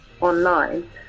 online